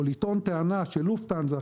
או לטעון טענה שלופטהנזה,